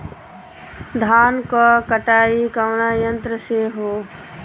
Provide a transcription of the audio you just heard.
धान क कटाई कउना यंत्र से हो?